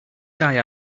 guy